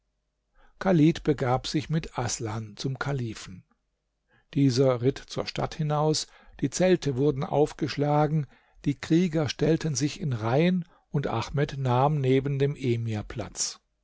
chalid begab sich mit aßlan zum kalifen dieser ritt zur stadt hinaus die zelte wurden aufgeschlagen die krieger stellten sich in reihen und ahmed nahm neben dem emir platz